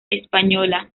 española